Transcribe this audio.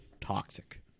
toxic